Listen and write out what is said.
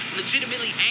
legitimately